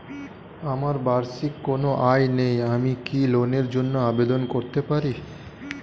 আমার বার্ষিক কোন আয় নেই আমি কি লোনের জন্য আবেদন করতে পারি?